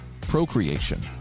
procreation